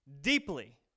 deeply